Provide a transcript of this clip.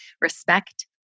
respect